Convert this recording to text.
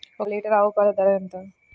ఒక్క లీటర్ ఆవు పాల ధర ఎంత?